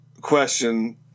question